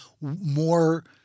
more